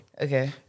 Okay